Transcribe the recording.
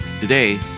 today